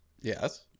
Yes